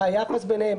מה היחס ביניהם,